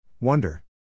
Wonder